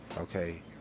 Okay